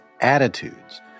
attitudes